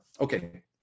Okay